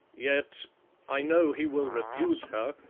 yet i know he will refuse her,